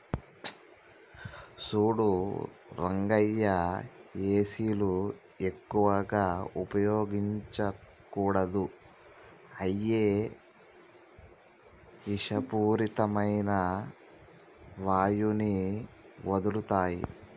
సూడు రంగయ్య ఏసీలు ఎక్కువగా ఉపయోగించకూడదు అయ్యి ఇషపూరితమైన వాయువుని వదులుతాయి